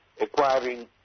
acquiring